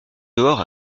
dehors